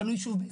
תלוי שוב.